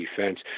defense –